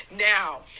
Now